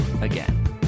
again